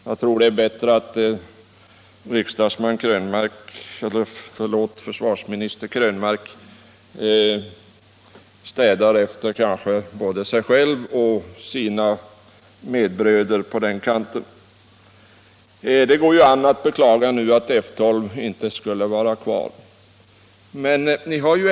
Jag tror det är bättre att försvarsministern städar efter både sig själv och sina medbröder. Det går ju an att nu beklaga att F 12 inte skall vara kvar.